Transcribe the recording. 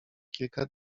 kilka